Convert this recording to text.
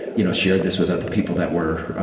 you know, shared this with other people that were,